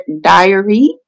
Diary